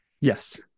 Yes